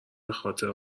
بخاطر